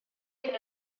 hyn